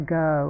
go